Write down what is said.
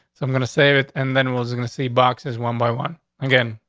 so i'm going to save it and then was gonna see boxes one by one again.